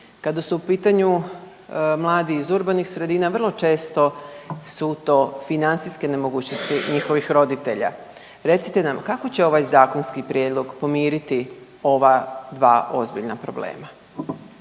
kada su u pitanju mladi iz urbanih sredina vrlo često su to financijske nemogućnosti njihovih roditelja. Recite nam kako će ovaj zakonski prijedlog pomiriti ova dva ozbiljna problema?